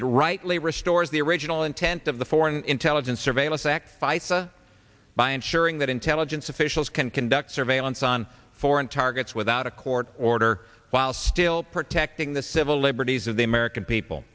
it rightly restores the original intent of the foreign intelligence surveillance act sites or by ensuring that intelligence officials can conduct surveillance on foreign targets without a court order while still protecting the civil liberties of the american people